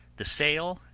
the sail,